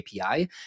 API